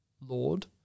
Lord